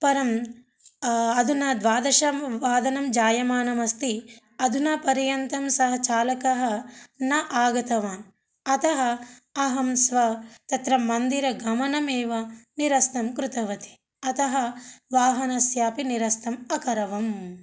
परं अधुना द्वादशवादनं जायमानमस्ति अधुना पर्यन्तं सः चालकः न आगतवान् अतः अहं स्व तत्र मन्दिरगमनमेव निरस्तं कृतवती अतः वाहनस्यापि निरस्तम् अकरवम्